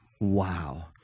Wow